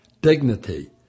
dignity